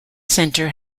centre